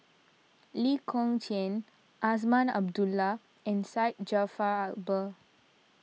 Lee Kong Chian Azman Abdullah and Syed Jaafar Albar